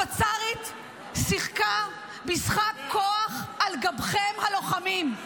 הפצ"רית שיחקה משחק כוח על גבכם, הלוחמים.